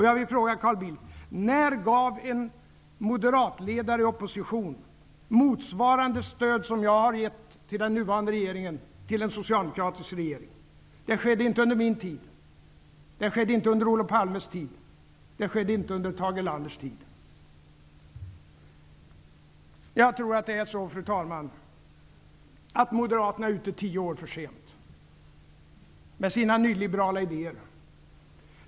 Jag vill fråga Carl Bildt: När gav en moderatledare i opposition motsvarande stöd till en socialdemokratisk regering som jag har gett till den nuvarande regeringen? Det skedde inte under min tid, det skedde inte under Olof Palmes tid och det skedde inte under Tage Erlanders tid. Jag tror att det är så, fru talman, att Moderaterna är ute tio år för sent med sina nyliberala idéer.